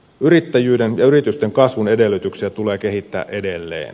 yrittäjyyden ja yritysten kasvun edellytyksiä tulee kehittää edelleen